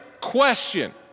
question